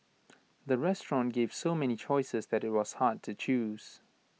the restaurant gave so many choices that IT was hard to choose